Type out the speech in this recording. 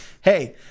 Hey